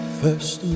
first